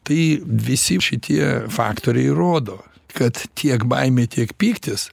tai visi šitie faktoriai rodo kad tiek baimė tiek pyktis